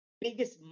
biggest